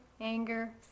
anger